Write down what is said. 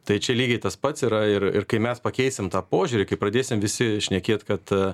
tai čia lygiai tas pats yra ir ir kai mes pakeisim tą požiūrį kai pradėsim visi šnekėt kad